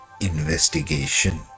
investigation